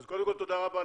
אז קודם כל תודה לפרופ'